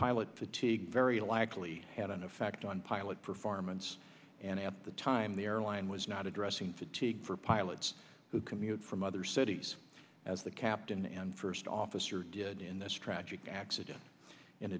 fatigue very likely had an effect on pilot performance and at the time the airline was not addressing fatigue for pilots who commute from other cities as the captain and first officer did in this tragic accident in